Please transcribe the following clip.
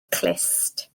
clust